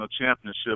championship